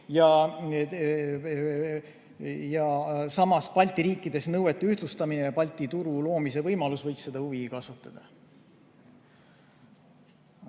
toimub Balti riikides nõuete ühtlustamine ja Balti turu loomise võimalus võiks seda huvi kasvatada.